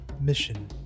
mission